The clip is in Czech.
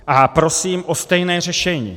A prosím o stejné řešení.